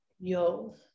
yo